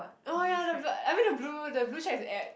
oh ya the blue I mean the blue the blue chat is an app